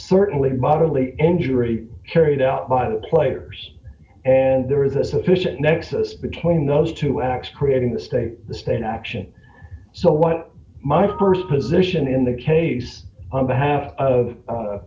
certainly bodily injury carried out by the players and there was a sufficient nexus between those two acts creating the state the state action so what my st position in the case on behalf of